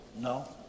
No